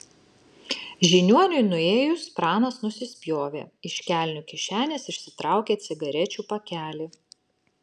žiniuoniui nuėjus pranas nusispjovė iš kelnių kišenės išsitraukė cigarečių pakelį